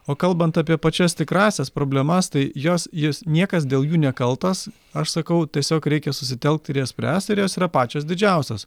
o kalbant apie pačias tikrąsias problemas tai jos jus niekas dėl jų nekaltas aš sakau tiesiog reikia susitelkt ir jas spręst ir jos yra pačios didžiausios